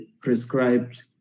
prescribed